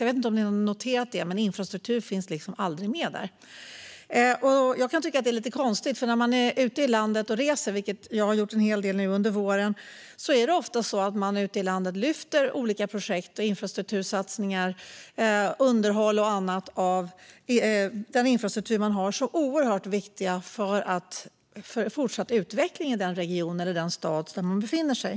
Har ni noterat att infrastruktur aldrig finns med där? Jag kan tycka att det är konstigt, för när jag är ute och reser i landet, vilket jag har gjort en del nu i vår, lyfts ofta olika projekt, satsningar, underhåll och annat inom infrastrukturen upp som oerhört viktiga för den fortsatta utvecklingen i den region eller stad där jag befinner mig.